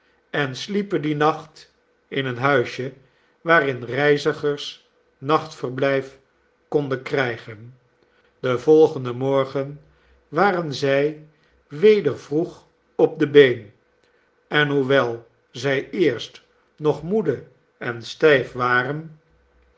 en sliepen dien nacht in een huisje waarin reizigers nachtverblijf konden kr'ygen den volgenden morgen waren zij weder vroeg op de been en hoewel zij eerst nog moede en stijf waren